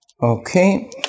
Okay